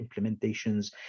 implementations